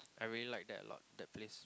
I really like that a lot that place